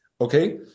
okay